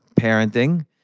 parenting